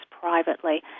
privately